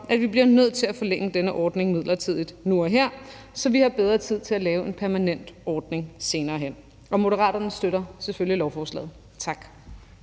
at vi bliver nødt til at forlænge denne ordning midlertidigt nu og her, så vi har bedre tid til at lave en permanent ordning senere hen. Moderaterne støtter selvfølgelig lovforslaget. Tak.